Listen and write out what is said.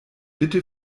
bitte